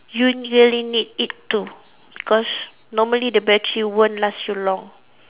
you really need it to because normally the battery won't last you long